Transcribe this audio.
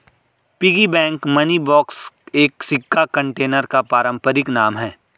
piggy bank money box एक सिक्का container का पारंपरिक नाम है